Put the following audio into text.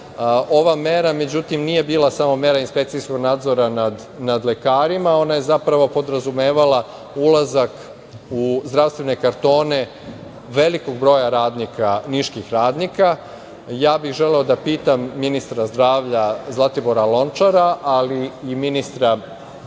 ova mera nije bila samo mera inspekcijskog nadzora nad lekarima i ona je zapravo podrazumevala ulazak u zdravstevene kartone velikog broja niških radnika. Ja bih želeo da pitam ministra zdravlja Zlatibora Lončara i ministra